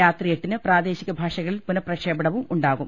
രാത്രി എട്ടിന് പ്രാദേശിക ഭാഷകളിൽ പുനഃപ്രക്ഷേപണവും ഉണ്ടാകും